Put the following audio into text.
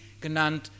genannt